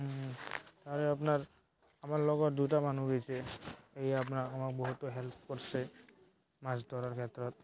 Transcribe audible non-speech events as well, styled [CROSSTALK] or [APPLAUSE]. তাৰে আপনাৰ আমাৰ লগত দুটা মানুহ গৈছে [UNINTELLIGIBLE] আমাৰ বহুতো হেল্প কৰিছে মাছ ধৰাৰ ক্ষেত্ৰত